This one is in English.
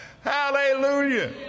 Hallelujah